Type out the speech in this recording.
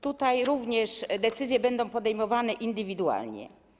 Tutaj również decyzje będą podejmowane indywidualnie.